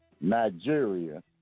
Nigeria